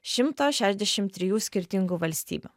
šimto šešiasdešim trijų skirtingų valstybių